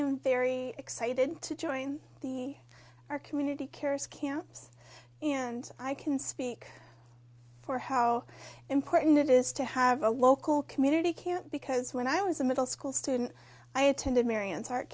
am very excited to join our community carers camps and i can speak for how important it is to have a local community can't because when i was a middle school student i attended marion's art